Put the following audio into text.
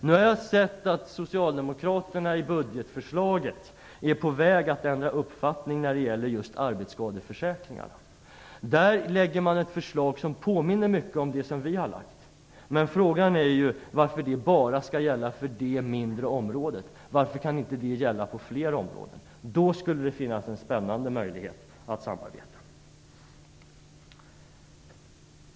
Nu har jag sett att Socialdemokraterna i budgetförslaget är på väg att ändra uppfattning när det gäller just arbetsskadeförsäkringarna. Där lägger man ett förslag som påminner mycket om det som vi har lagt fram. Men frågan är varför det bara skall gälla för det mindre området. Varför kan inte det gälla på fler områden? Då skulle det finnas en spännande möjlighet att samarbeta.